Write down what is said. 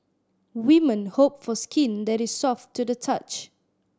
women hope for skin that is soft to the touch